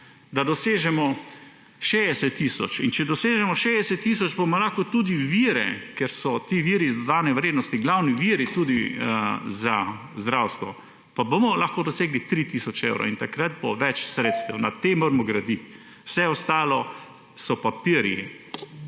da dosežemo 60 tisoč. In če dosežemo 60 tisoč, bomo lahko tudi vire, ker so ti viri iz dodane vrednosti glavni viri tudi za zdravstvo, pa bomo lahko dosegli 3 tisoč evrov. In takrat bo več sredstev. Na tem moramo graditi, vse ostalo so papirji